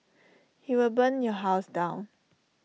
he will burn your house down